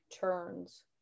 turns